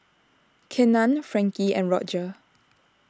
Kenan Frankie and Rodger